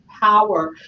power